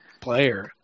player